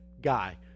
guy